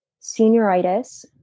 senioritis